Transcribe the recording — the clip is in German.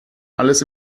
alles